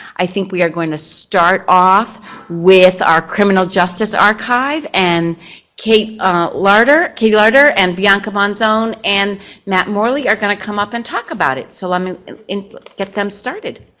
i think we are going to start off with our criminal justice archive and kate larder kate larder and bianca monzon and matt morley are going to come up and talk about it. so let me get them started,